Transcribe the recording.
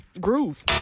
groove